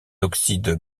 oxyde